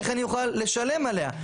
איך אני אוכל לשלם עליה?